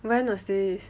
when is this